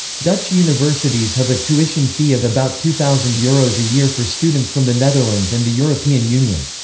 dutch universities have a tuition fee of about two thousand euros a year for students from the netherlands and the european union.